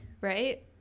right